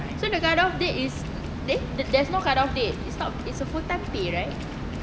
so the cut off date is eh there's no cut off date is not is a full time pay right